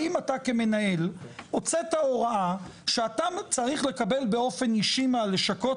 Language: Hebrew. האם אתה כמנהל הוצאת הוראה שאתה צריך לקבל באופן אישי מהלשכות